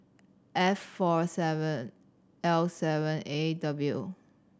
F four seven L seven A W